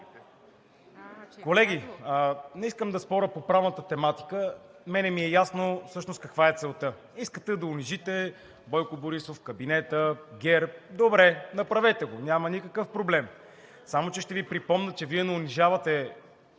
Колеги, не искам да споря по правната тематика. На мен ми е ясно всъщност каква е целта – искате да унижите Бойко Борисов, кабинета, ГЕРБ. Добре, направете го, няма никакъв проблем. Само че ще Ви припомня, че Вие не унижавате